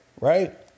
Right